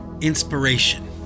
Inspiration